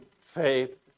faith